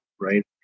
right